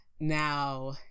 Now